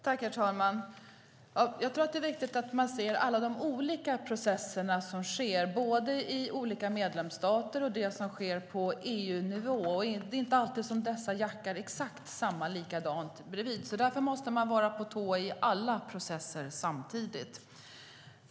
Herr talman! Jag tror att det är viktigt att se de olika processer som sker i olika medlemsstater och på EU-nivå. Det är inte alltid som dessa jackar i exakt. Därför måste man vara på tå i alla processer samtidigt.